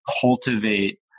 cultivate